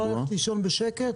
ללכת לישון בשקט?